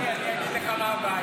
השר קרעי, אני אגיד לך מה הבעיה.